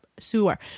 Sewer